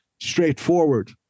straightforward